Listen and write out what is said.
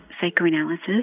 psychoanalysis